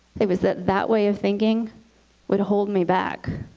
it was that that way of thinking would hold me back.